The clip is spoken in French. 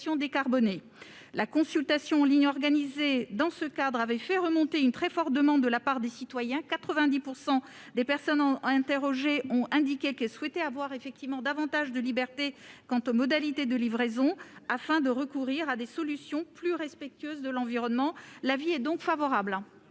décarbonées. La consultation en ligne organisée dans ce cadre avait fait remonter une très forte demande de la part des citoyens : 90 % des personnes interrogées ont indiqué qu'elles souhaitaient avoir davantage de liberté quant aux modalités de livraison, afin de recourir à des solutions plus respectueuses de l'environnement. L'avis est donc favorable.